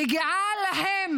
מגיעה להם